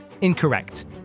incorrect